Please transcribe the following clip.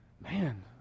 Man